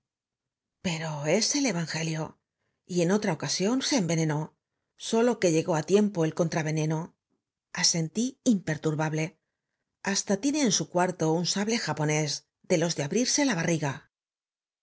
e e n v e n e n ó sólo que llegó á tiempo el contrav e n e n o asentí imperturbable hasta tiene e n s u cuarto un sable japonés de los de abrirse la barriga h